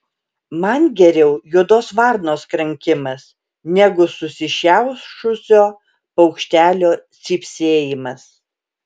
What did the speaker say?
man geriau juodos varnos krankimas negu susišiaušusio paukštelio cypsėjimas